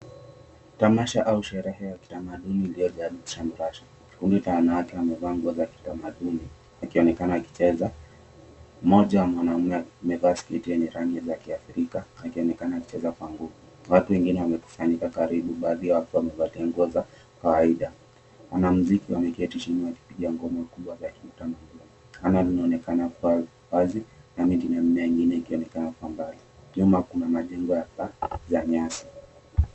Tamasha au sherehe ya kitamaduni iliyojaa shamrashamra. Kundi la wanawake wamevaa nguo za kitamaduni wakionekana wakicheza mmoja mwanaume amevaa sliti yenye rangi za kiafrika akionekana akicheza kwa nguvu. Watu wengine wamekusanyika karibu baadhi yao wakiwa wamevalia nguo za kawaida. Wanamuziki wameketi chini wakipiga ngoma kubwa za kiutamaduni. Anga inaonekana kua wazi na miti mengine mengi inaonekana kwa mbali nyuma kuna majengo ya paa za nyasi.